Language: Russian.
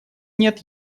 нет